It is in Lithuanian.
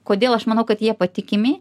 kodėl aš manau kad jie patikimi